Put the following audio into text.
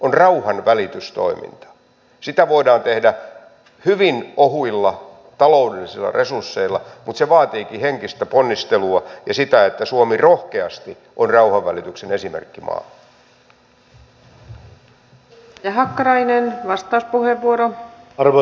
toimintaedellytyksiä viedään toisin sanoen paitsi nuorten koulutuksesta ja työllistämisestä myös niistä syrjäytymistä ehkäisevistä palveluista joilla on tähän saakka voitu tukea koulutuksen ja työvoiman ulkopuolelle pudonneita nuoria